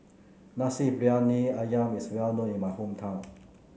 Nasi Briyani ayam is well known in my hometown